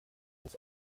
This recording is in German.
ins